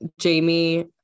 Jamie